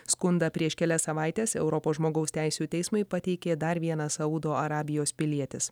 skundą prieš kelias savaites europos žmogaus teisių teismui pateikė dar vienas saudo arabijos pilietis